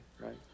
right